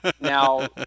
now